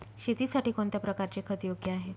शेतीसाठी कोणत्या प्रकारचे खत योग्य आहे?